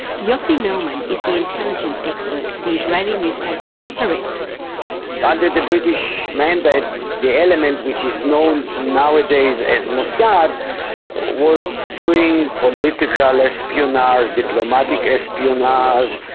yossi melman is the intelligence expert for the israeli newspaper, haaretz. under the british mandate the element which is known nowadays as mossad was doing political espionage, diplomatic espionage,